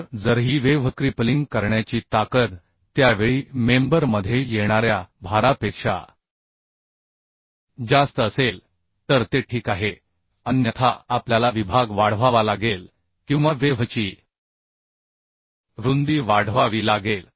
तर जर ही वेव्ह क्रिपलिंग करण्याची ताकद त्या वेळी मेंबर मध्ये येणाऱ्या भारापेक्षा जास्त असेल तर ते ठीक आहे अन्यथा आपल्याला विभाग वाढवावा लागेल किंवा वेव्ह ची रुंदी वाढवावी लागेल